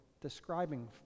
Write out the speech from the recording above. describing